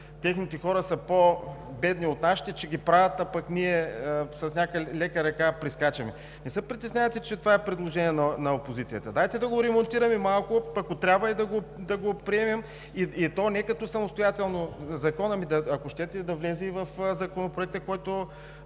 техните хора са по-бедни от нашите, че ги правят, а ние с лека ръка прескачаме? Не се притеснявайте, че това е предложение на опозицията. Дайте да го ремонтираме малко, ако трябва да го приемем не като самостоятелен закон, а да влезе в Законопроекта за